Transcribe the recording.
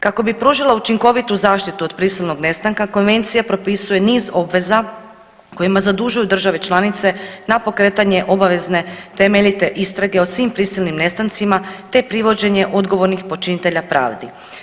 Kako bi pružila učinkovitu zaštitu od prisilnog nestanka Konvencija propisuje niz obveza kojima zadužuje države članice na pokretanje obavezne temeljite istrage o svim prisilnim nestancima te privođenje odgovornih počinitelja pravdi.